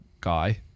guy